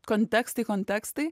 kontekstai kontekstai